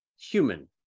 human